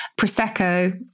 Prosecco